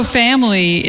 family